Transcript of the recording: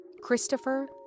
Christopher